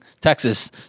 Texas